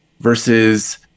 versus